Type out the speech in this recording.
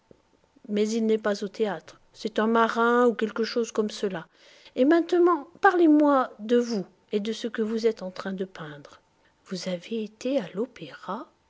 mais il n'est pas au théâtre c'est un marin ou quelque chose comme cela et maintenant parlez-moi de vous et de ce que vous êtes en train de peindre vous avez été à l'opéra